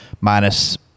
minus